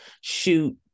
shoot